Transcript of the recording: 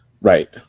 Right